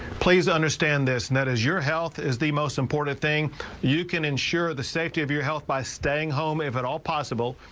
please understand this net as your health is the most important thing you can ensure the safety of your health by staying home if at all possible.